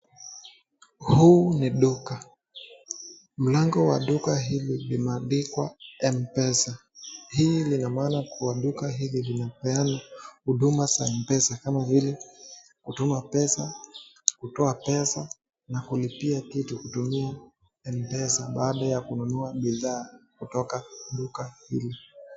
Huu ni duka ,mlango wa duka hili limeandikwa m pesa, hii lina maana kuwa duka hili linapeana huduma za m pesa kama vile kutuma pesa ,kutoa pesa na kulipia vitu kutumia m pesa baada ya kununua bidhaa kutoka duka hili.